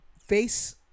face